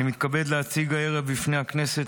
אני מתכבד להציע הערב בפני הכנסת,